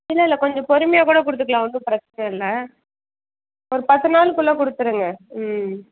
இல்லை இல்லை கொஞ்சம் பொறுமையாக கூட கொடுத்துக்கலாம் ஒன்றும் பிரச்சின இல்லை ஒரு பத்து நாள்க்குள்ளே கொடுத்துருங்க ம்